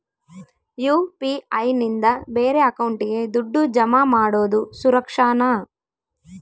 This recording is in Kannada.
ಯು.ಪಿ.ಐ ನಿಂದ ಬೇರೆ ಅಕೌಂಟಿಗೆ ದುಡ್ಡು ಜಮಾ ಮಾಡೋದು ಸುರಕ್ಷಾನಾ?